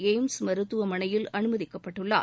AIIMS மருத்துவமனையில் அனுமதிக்கப்பட்டுள்ளார்